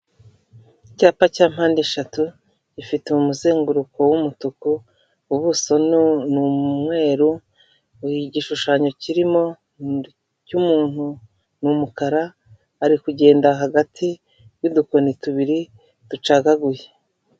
Icyapa cya mande ishatu gifite umuzeguruko w'umutuku, ubuso ni umweru. Igishushanyo kirimo cy'umuntu n'umukara. Ari kugenda hagati y'udukoni tw'umweru ducagaguye.